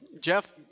Jeff